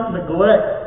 neglect